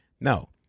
No